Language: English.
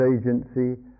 agency